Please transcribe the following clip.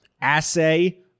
assay